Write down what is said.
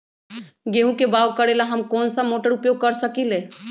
गेंहू के बाओ करेला हम कौन सा मोटर उपयोग कर सकींले?